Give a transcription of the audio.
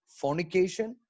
fornication